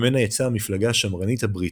ממנה יצאה המפלגה השמרנית הבריטית.